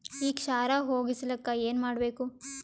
ಈ ಕ್ಷಾರ ಹೋಗಸಲಿಕ್ಕ ಏನ ಮಾಡಬೇಕು?